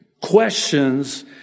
questions